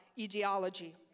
ideology